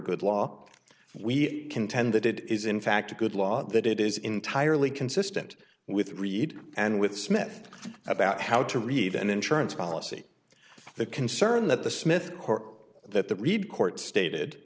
good law we contend that it is in fact a good law that it is entirely consistent with reid and with smith and about how to read an insurance policy the concern that the smith court that the reed court stated